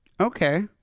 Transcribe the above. Okay